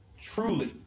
truly